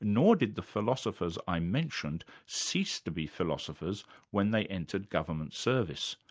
nor did the philosophers i mentioned cease to be philosophers when they entered government service.